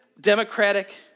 democratic